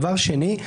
דבר שני,